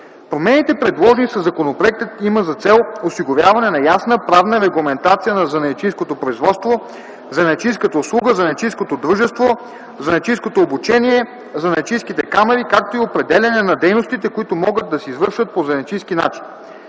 Промените, предложени със законопроекта, имат за цел осигуряване на ясна правна регламентация на занаятчийското производство, занаятчийската услуга, занаятчийското дружество, занаятчийското обучение, занаятчийските камари, както и определяне на дейностите, които могат да се извършват по занаятчийски начин.